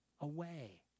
away